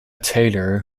taylor